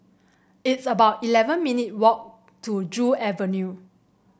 it's about eleven minute walk to Joo Avenue